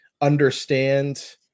understand